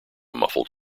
muffled